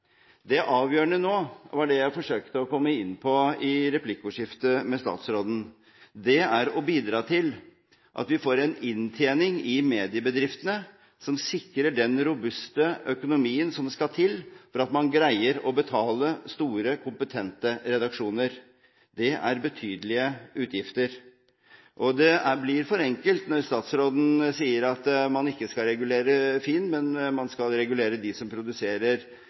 Det avgjørende nå – det var det jeg forsøkte å komme inn på i replikkordskiftet med statsråden – er å bidra til at vi får en inntjening i mediebedriftene som sikrer den robuste økonomien som skal til for å greie å betale store, kompetente redaksjoner. Det er betydelige utgifter, og det blir for enkelt når statsråden sier at man ikke skal regulere FINN.no, men man skal regulere de som produserer